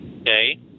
Okay